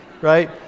right